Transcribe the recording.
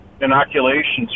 inoculations